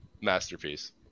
masterpiece